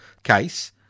case